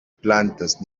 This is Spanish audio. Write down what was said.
plantas